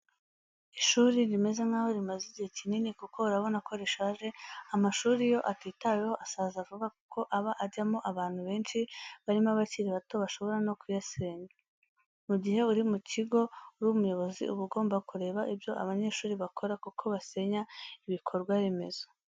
Ishuri rimeze nk'aho rimaze igihe kinini kuko urabona ko rishaje, amashuri iyo atitaweho asaza vuba kuko aba ajyamo abantu benshi barimo abakiri bato bashobora no kuyasenya. Mu gihe uri mu kigo uri umuyobozi uba ugomba kureba ibyo abanyeshuri bakora kuko basenya ibikorwaremezo.